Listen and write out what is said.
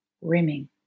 rimming